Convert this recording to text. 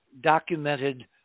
documented